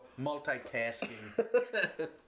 Multitasking